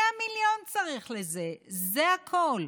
100 מיליון צריך לזה, זה הכול.